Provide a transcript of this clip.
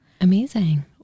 Amazing